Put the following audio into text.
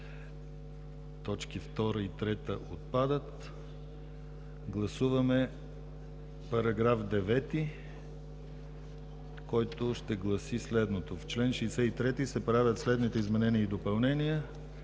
Точки 2 и 3 отпадат. Гласуваме § 9, който ще гласи следното: „В чл. 63 се правят следните изменения и допълнения: